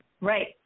Right